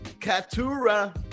Katura